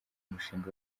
umushinga